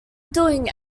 doing